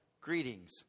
Greetings